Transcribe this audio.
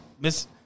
miss